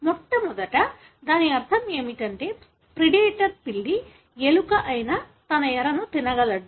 మొట్టమొదట దాని అర్థం ఏమిటంటే ప్రెడేటర్ పిల్లి ఎలుక అయిన తన ఎరను తినగలదు